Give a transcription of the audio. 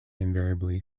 invariably